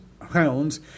hounds